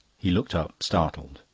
he looked up, startled.